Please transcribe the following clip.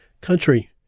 Country